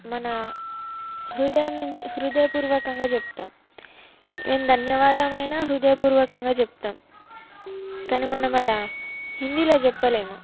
మన హృదయం నుంచి హృదయ పూర్వకంగా చెప్తాం ఏం ధన్యవాదమైన హృదయ పూర్వకంగా చెప్తాం కానీ మనం అలా హిందీలో చెప్పలేము